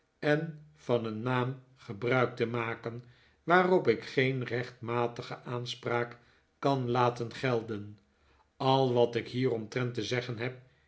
en van een naam gebruik te maken waarop ik geen rechtmatige aanspraak kan laten gelden al wat ik hieromtrent te zeggen heb